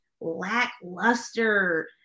lackluster